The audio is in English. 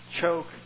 choke